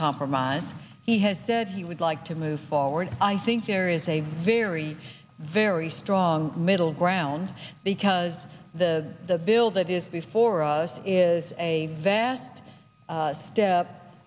compromise he has said he would like to move forward i think there is a very very strong middle ground because the bill that is before us is a vast step